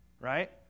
right